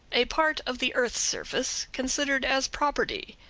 a part of the earth's surface, considered as property.